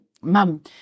mum